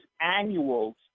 annuals